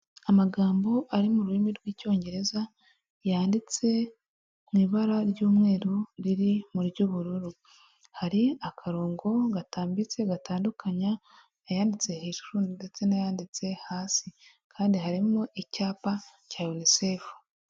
Amagambo ari mu rurimi rw'icyongereza yanditse mu ibara ry'umweru riri mu ry'ubururu, hari akarongo gatambitse gatandukanya ayanditse he hejurundetse n'ayanditse hasi kandi harimo icyapa cya yunisefu.